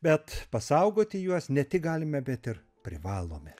bet pasaugoti juos ne tik galime bet ir privalome